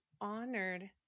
honored